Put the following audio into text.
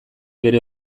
bere